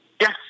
Yes